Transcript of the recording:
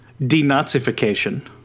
denazification